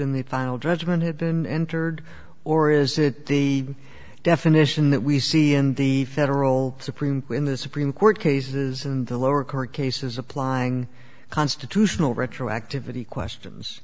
in the final judgment had been entered or is it the definition that we see in the federal supreme when the supreme court cases in the lower court cases applying constitutional retroactivity questions